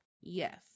yes